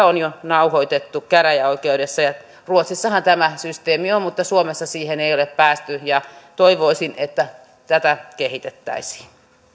on jo nauhoitettu käräjäoikeudessa tarvitsisi enää uudestaan kutsua paikalle ruotsissahan tämä systeemi on mutta suomessa siihen ei ole päästy toivoisin että tätä kehitettäisiin